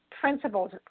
principles